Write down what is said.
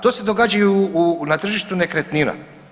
To se događa i na tržištu nekretnina.